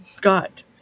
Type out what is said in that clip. God